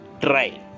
try